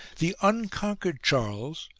the unconquered charles,